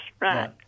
Right